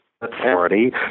authority